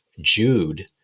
Jude